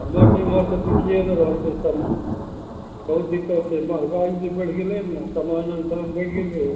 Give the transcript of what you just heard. हमर तऽ इमहरसे बिकिए नहि रहल छै समान बहुत दिक्कत छै महगाइ जे बढ़ि गेलै ने समानके दाम बढ़ि गेलैए